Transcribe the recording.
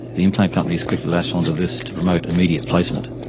the implant companies quickly latched onto this to promote immediate placement.